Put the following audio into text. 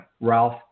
Ralph